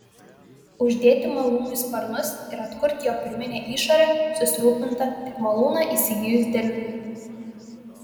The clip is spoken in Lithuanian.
uždėti malūnui sparnus ir atkurti jo pirminę išorę susirūpinta tik malūną įsigijus deliuviui